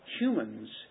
humans